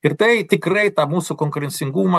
ir tai tikrai tą mūsų konkurencingumą